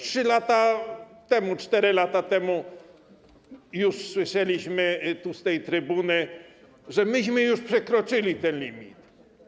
3, 4 lata temu już słyszeliśmy tu, z tej trybuny, że myśmy już przekroczyli ten limit.